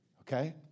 Okay